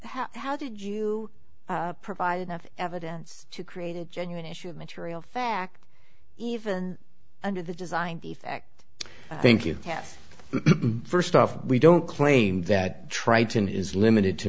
why how did you provide enough evidence to create a genuine issue of material fact even under the design defect i think you have first off we don't claim that tritone is limited to